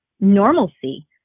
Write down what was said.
normalcy